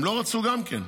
הם לא רצו גם כן.